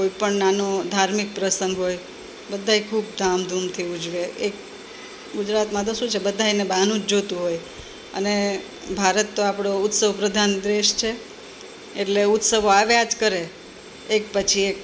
કોઈપણ નાનો ધાર્મિક પ્રસંગ હોય બધાંય ખૂબ ધામધૂમથી ઉજવે એક ગુજરાતમાં તો શું છે બધાય એના બહાનું જ જોઈતું હોય અને ભારત આપણો ઉત્સવ પ્રધાન દેશ છે એટલે ઉત્સવો આવ્યા જ કરે એક પછી એક